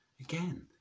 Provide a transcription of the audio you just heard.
Again